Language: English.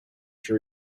she